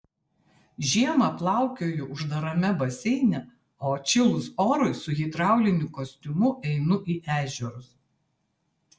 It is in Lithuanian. žiemą plaukioju uždarame baseine o atšilus orui su hidrauliniu kostiumu einu į ežerus